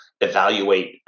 evaluate